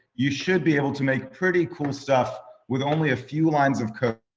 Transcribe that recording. you should be able to make pretty cool stuff with only a few lines of code.